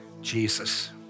Jesus